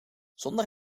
zonder